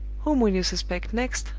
whom will you suspect next?